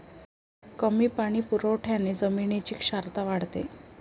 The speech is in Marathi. कमी पाणी पुरवठ्याने जमिनीची क्षारता वाढते